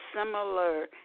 similar